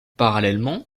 parallèlement